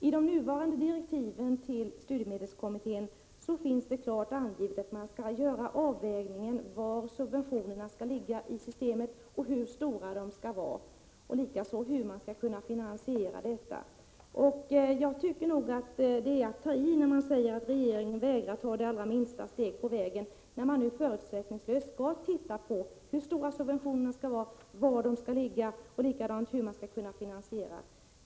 I nu gällande direktiv för studiemedelskommittén finns det klart angivet att man skall göra en avvägning av var i systemet subventionerna skall ligga och hur stora de skall vara, samt hur man skall kunna finansiera det hela. Jag tycker nog att det är att ta i när man säger att regeringen vägrar att ta det allra minsta steg på vägen, när man nu förutsättningslöst skall se på hur stora subventionerna skall vara, var de skall ligga och hur finansieringen skall ske.